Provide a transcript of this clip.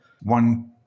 One